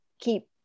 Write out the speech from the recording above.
keep